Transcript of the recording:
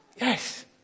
Yes